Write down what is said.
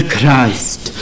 Christ